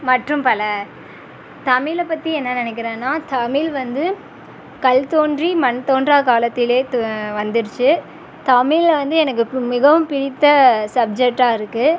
மற்றும் பல தமிழை பற்றி என்ன நினைக்கிறேனா தமிழ் வந்து கல்தோன்றி மண்தோன்றா காலத்திலே தோ வந்துருச்சு தமிழில் வந்து எனக்கு பி மிகவும் பிடித்த சப்ஜெக்ட்டாக இருக்குது